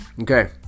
Okay